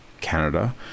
canada